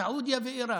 סעודיה ואיראן.